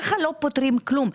כך לא פותרים כלום.